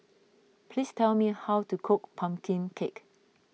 please tell me how to cook Pumpkin Cake